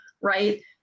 right